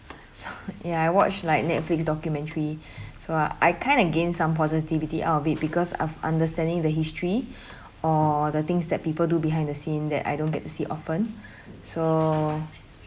so ya I watch like Netflix documentary so I kind of gain some positivity out of it because I've understanding the history or the things that people do behind the scene that I don't get to see often so